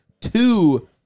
two